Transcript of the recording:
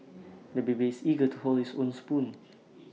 the baby is eager to hold his own spoon